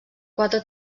quatre